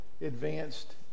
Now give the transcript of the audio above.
advanced